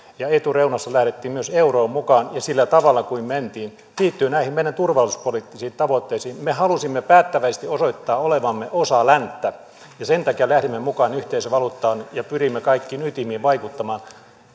ja etureunassa lähdettiin myös euroon mukaan ja sillä tavalla kuin mentiin liittyy näihin meidän turvallisuuspoliittisiin tavoitteisiin me halusimme päättäväisesti osoittaa olevamme osa länttä ja sen takia lähdimme mukaan yhteisvaluuttaan ja pyrimme kaikkiin ytimiin vaikuttamaan